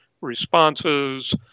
responses